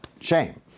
shame